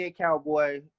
Cowboy